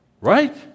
Right